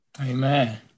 Amen